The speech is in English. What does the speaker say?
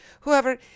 Whoever